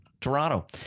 Toronto